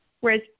Whereas